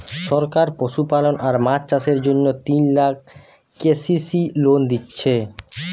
সরকার পশুপালন আর মাছ চাষের জন্যে তিন লাখ কে.সি.সি লোন দিচ্ছে